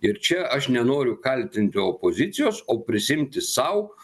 ir čia aš nenoriu kaltinti opozicijos o prisiimti sau